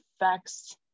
effects